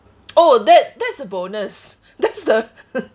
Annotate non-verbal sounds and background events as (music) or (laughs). oh that that's a bonus that's the (laughs)